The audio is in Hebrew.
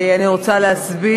2), התשע"ד 2013. אני רוצה להסביר.